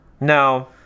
no